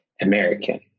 American